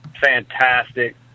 fantastic